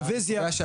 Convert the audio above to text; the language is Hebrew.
רוויזיה.